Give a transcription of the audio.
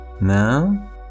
Now